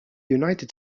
united